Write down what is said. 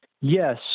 yes